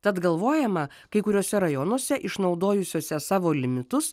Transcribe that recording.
tad galvojama kai kuriuose rajonuose išnaudojusiuose savo limitus